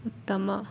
ಉತ್ತಮ